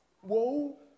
Whoa